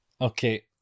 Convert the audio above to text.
Okay